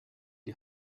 die